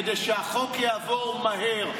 כדי שהחוק יעבור מהר,